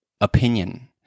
Opinion